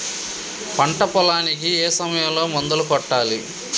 పంట పొలానికి ఏ సమయంలో మందులు కొట్టాలి?